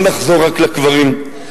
לא נחזור רק לקברים,